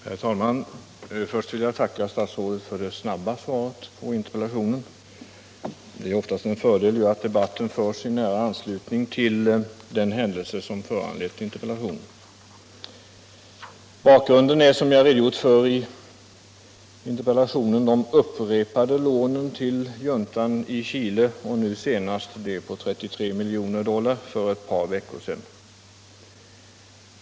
Herr talman! Först vill jag tacka statsrådet för det snabba svaret på min interpellation. Det är oftast en fördel att debatten förs i nära anslutning till den händelse som föranlett interpellationen. Bakgrunden är, som jag redogjort för i interpellationen, de upprepade lånen till juntan i Chile, nu senast det på 33 miljoner dollar för ett par veckor sedan.